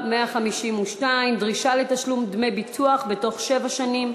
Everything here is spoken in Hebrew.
152) (דרישה לתשלום דמי ביטוח בתוך שבע שנים),